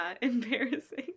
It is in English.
embarrassing